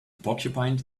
porcupine